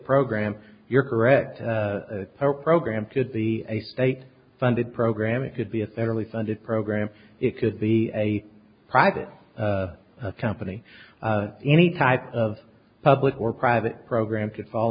program you're correct our program could be a state funded program it could be a federally funded program it could be a private company any type of public or private program could fall